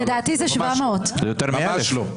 לדעתי זה 700. זה יותר מ-1,000.